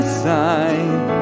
side